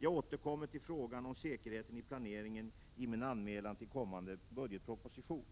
Jag återkommer till frågan om säkerheten i planeringen i min anmälan till kommande budgetproposition.